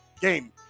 game